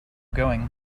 going